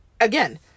Again